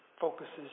focuses